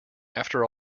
after